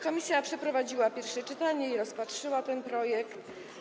Komisja przeprowadziła pierwsze czytanie, rozpatrzyła ten projekt.